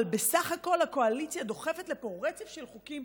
אבל בסך הכול הקואליציה דוחפת לפה רצף של חוקים.